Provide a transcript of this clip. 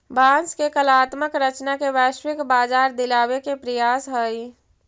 बाँस के कलात्मक रचना के वैश्विक बाजार दिलावे के प्रयास हई